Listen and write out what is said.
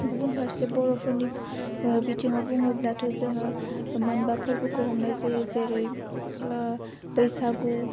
गुबुन फारसे बर'फोरनि बिथिङाव बुङोब्लाथ' जोङो मोनबा फोरबोखौ हमनाय जायो जेरै बैसागु